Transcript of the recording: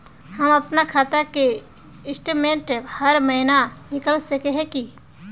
हम अपना खाता के स्टेटमेंट हर महीना निकल सके है की?